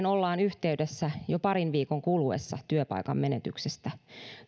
ollaan yhteydessä jo parin viikon kuluessa työpaikan menetyksestä